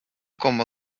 como